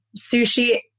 sushi